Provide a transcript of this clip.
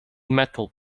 metal